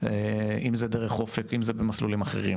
אם זה דרך אופק אם זה במסלולים אחרים,